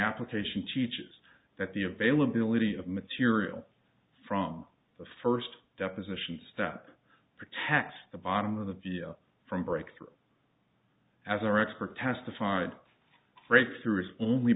application teaches that the availability of material from the first deposition step protect the bottom of the deal from breakthrough as our expert testified breakthrough is only